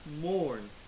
mourn